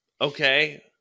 okay